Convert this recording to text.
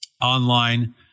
online